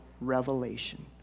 revelation